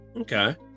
Okay